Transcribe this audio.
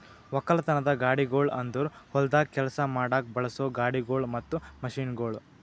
ಒಕ್ಕಲತನದ ಗಾಡಿಗೊಳ್ ಅಂದುರ್ ಹೊಲ್ದಾಗ್ ಕೆಲಸ ಮಾಡಾಗ್ ಬಳಸೋ ಗಾಡಿಗೊಳ್ ಮತ್ತ ಮಷೀನ್ಗೊಳ್